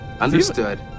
Understood